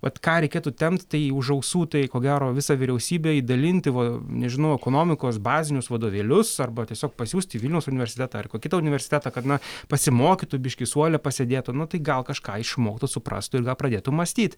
vat ką reikėtų tempt tai už ausų tai ko gero visą vyriausybę į dalinti va nežinau ekonomikos bazinius vadovėlius arba tiesiog pasiųsti į vilniaus universitetą ar kokį kitą universitetą kad na pasimokytų biškį suole pasėdėtų nu tai gal kažką išmoktų suprastų ir gal pradėtų mąstyt